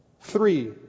Three